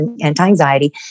anti-anxiety